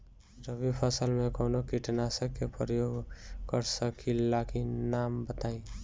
रबी फसल में कवनो कीटनाशक के परयोग कर सकी ला नाम बताईं?